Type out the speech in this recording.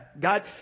God